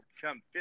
come